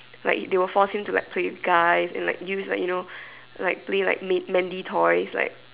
like they will force him to play with guys and use like you know play like manly toys like